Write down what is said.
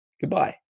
goodbye